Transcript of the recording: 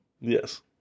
Yes